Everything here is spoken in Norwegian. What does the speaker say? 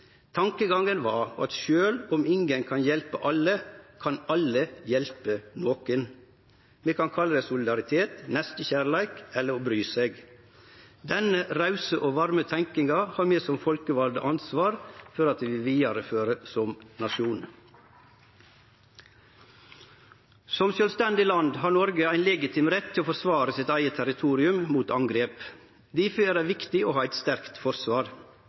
var at sjølv om ingen kan hjelpe alle, kan alle hjelpe nokon. Vi kan kalle det solidaritet, nestekjærleik eller å bry seg. Denne rause og varme tenkinga har vi som folkevalde ansvar for at vi fører vidare som nasjon. Som sjølvstendig land har Noreg ein legitim rett til å forsvare sitt eige territorium mot angrep. Difor er det viktig å ha eit sterkt forsvar.